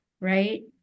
Right